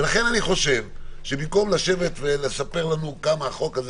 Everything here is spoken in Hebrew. ולכן אני חושב שבמקום לספר לנו כמה החוק הזה